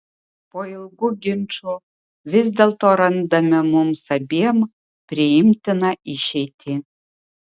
po ilgų ginčų vis dėlto randame mums abiem priimtiną išeitį